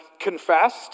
confessed